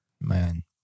Man